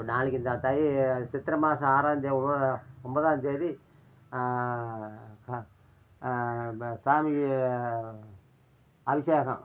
அப்புறம் நாளைக்கு இந்த தை சித்திர மாசம் ஆறாந்தே ஓ ஒம்பதாந்தேதி சாமிக்கு அபிஷேகம்